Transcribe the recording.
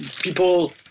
people